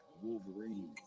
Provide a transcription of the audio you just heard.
Wolverine